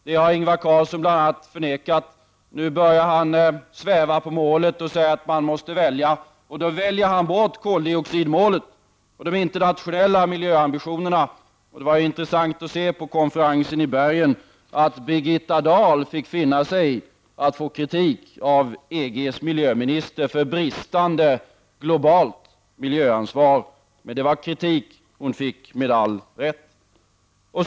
Det har bl.a. Ingvar Carlsson förnekat, men nu börjar han sväva på målet och säger att man måste välja. Och då väljer han bort koldioxidmålet och de internationella miljöambitionerna. Det var intressant att se att Birgitta Dahl på konferensen i Bergen fick finna sig i att få kritik av EGs miljöminister för bristande globalt miljöansvar. Men det var kritik hon fick med all rätt.